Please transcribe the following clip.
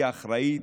היא האחראית,